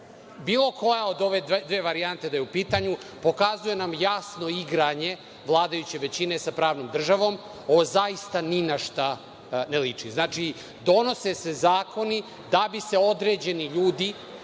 koja od ove dve varijante da je u pitanju, pokazuje nam jasno igranje vladajuće većine sa pravnom državom. Ovo zaista ni na šta ne liči. Donose se zakoni da bi se određeni ljudi